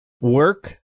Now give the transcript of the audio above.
work